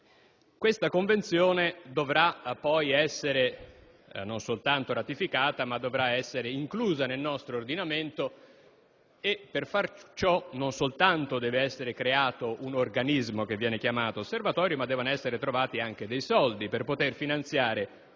Questa Convenzione dovrà poi essere non soltanto ratificata, ma anche inclusa nel nostro ordinamento. Per far ciò, non solo dovrà essere creato un organismo che viene chiamato Osservatorio, ma dovranno altresì essere trovati fondi per poter finanziare